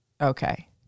okay